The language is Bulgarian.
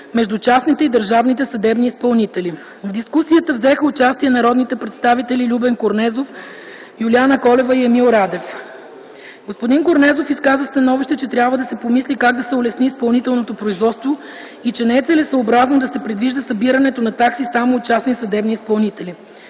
между частните и държавните съдебни изпълнители. В диксусията взеха участие народните представители Любен Корнезов, Юлияна Колева и Емил Радев. Господин Корнезов изказа становище, че трябва да се помисли как да се улесни изпълнителното производство и че не е целесъобразно да се предвижда събирането на такси само от частните съдебни изпълнители.